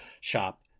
shop